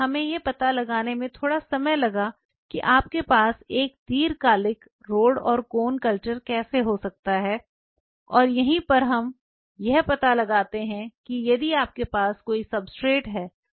हमें यह पता लगाने में थोड़ा समय लगा कि आपके पास एक दीर्घकालिक ROD और CONE कल्चर कैसे हो सकती है और यहीं पर हम यह पता लगाते हैं कि यदि आपके पास कोई सब्सट्रेट है तो आप यह कर सकते हैं